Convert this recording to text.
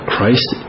Christ